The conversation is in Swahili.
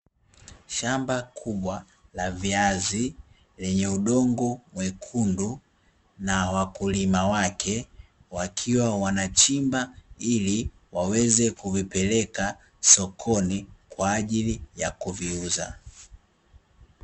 Shamba kubwa la viazi lenye udongo mwekundu, na wakulima wake, wakiwa wanachimba ili waweze kuvipeleka sokoni kwa ajili ya kuviuza.